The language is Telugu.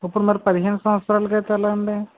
ఇప్పుడు మరి పదిహేను సంవత్సరాలకైతే ఎలా అండి